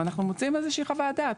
ואנחנו מוציאים איזה שהיא חוות דעת.